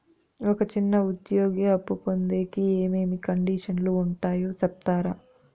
ఒక చిన్న ఉద్యోగి అప్పు పొందేకి ఏమేమి కండిషన్లు ఉంటాయో సెప్తారా?